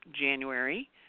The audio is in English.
January